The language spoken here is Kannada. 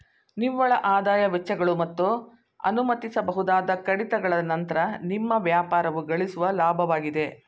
ನಿವ್ವಳಆದಾಯ ವೆಚ್ಚಗಳು ಮತ್ತು ಅನುಮತಿಸಬಹುದಾದ ಕಡಿತಗಳ ನಂತ್ರ ನಿಮ್ಮ ವ್ಯಾಪಾರವು ಗಳಿಸುವ ಲಾಭವಾಗಿದೆ